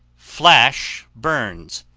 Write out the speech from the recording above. flash burns,